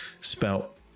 spelt